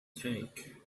tank